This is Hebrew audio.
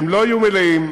לא יהיו מלאים,